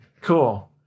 Cool